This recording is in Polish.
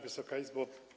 Wysoka Izbo!